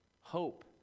hope